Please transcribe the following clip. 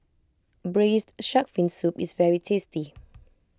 Braised Shark Fin Soup is very tasty